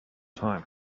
time